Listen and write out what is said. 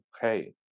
hey